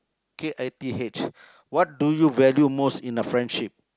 K I T H what do you value most in a friendship